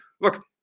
look